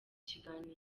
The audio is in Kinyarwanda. kiganiro